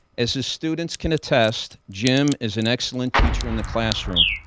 as his students can attest, jim is an excellent teacher in the classroom.